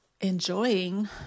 enjoying